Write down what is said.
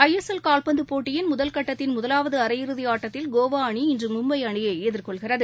ஐ S L கால்பந்து போட்டியின் முதல் கட்டத்தின் முதலாவது அரையிறுதி ஆட்டத்தில் கோவா அணி இன்று மும்பை அணியை எதிர்கொள்கிறது